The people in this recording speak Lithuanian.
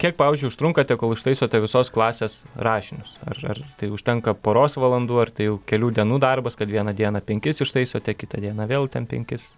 kiek pavyzdžiui užtrunkate kol ištaisote visos klasės rašinius ar tai užtenka poros valandų ar tai jau kelių dienų darbas kad vieną dieną penkis ištaisote kitą dieną vėl ten penkis